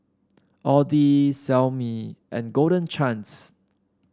Audi Xiaomi and Golden Chance